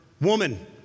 Woman